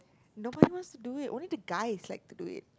nobody wants to do it only that guy likes to do it